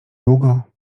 długo